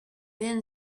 then